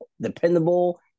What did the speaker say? Dependable